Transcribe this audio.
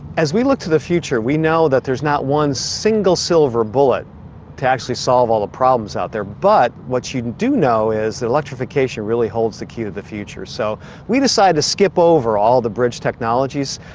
as we look to the future we know that there is not one single silver bullet to actually solve all the problems out there, but what you do know is electrification really holds the key to the future. so we decided to skip over all the bridge technologies.